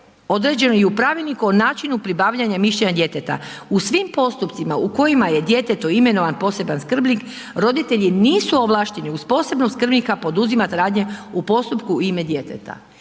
određeno i u pravilniku o načinu pribavljanja mišljenja djeteta. U svim postupcima u kojima je djetetu imenovan poseban skrbnih roditelji nisu ovlašteni uz posebnog skrbnika poduzimat radne u postupku u ime djeteta.